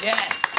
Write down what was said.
Yes